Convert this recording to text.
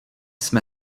jsme